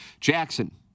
Jackson